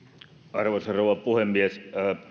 arvoisa rouva puhemies